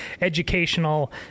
educational